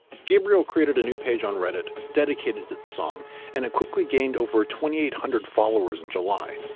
gabriel created a new page on reddit dedicated to the song and it quickly gained over twenty eight hundred followers in july.